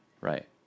Right